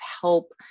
help